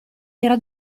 era